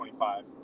25